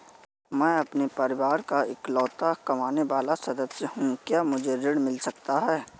मैं अपने परिवार का इकलौता कमाने वाला सदस्य हूँ क्या मुझे ऋण मिल सकता है?